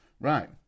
Right